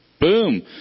Boom